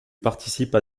participe